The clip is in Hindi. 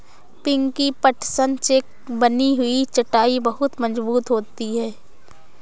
पिंकी पटसन से बनी हुई चटाई बहुत मजबूत होती है